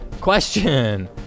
Question